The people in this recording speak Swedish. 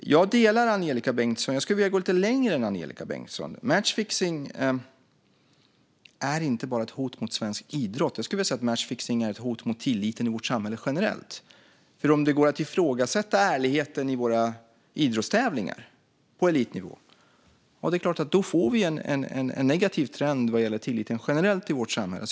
Jag håller med Angelika Bengtsson, men jag skulle vilja gå lite längre än Angelika Bengtsson. Matchfixning är inte bara ett hot mot svensk idrott, utan jag skulle vilja säga att matchfixning är ett hot mot tilliten i vårt samhälle generellt. Om det går att ifrågasätta ärligheten i våra idrottstävlingar på elitnivå får vi en negativ trend vad gäller tilliten generellt i vårt samhälle.